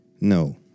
No